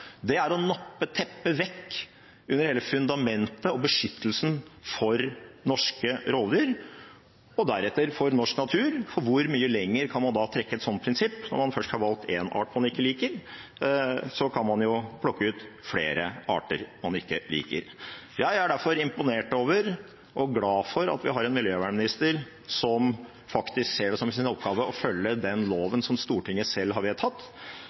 Det er å nappe teppet vekk under hele fundamentet for og beskyttelsen av norske rovdyr og deretter norsk natur, for hvor mye lenger kan man trekke et sånt prinsipp? Når man først har valgt én art man ikke liker, så kan man jo plukke ut flere arter man ikke liker. Jeg er derfor imponert over og glad for at vi har en miljøvernminister som ser det som sin oppgave å følge den loven som Stortinget selv har vedtatt,